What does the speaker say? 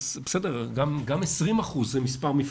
גם 20% זה מספר מפלצתי.